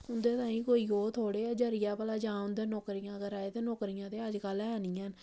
उं'दे ताईं कोई ओह् थोह्ड़े ऐ ज'रिया भला जां उं'दा नौकरियां करा दे ते नौकरियां ते अजकल्ल है निं हैन